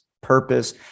purpose